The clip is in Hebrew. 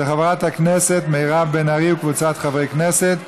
של חברת הכנסת מירב בן ארי וקבוצת חברי הכנסת.